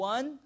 One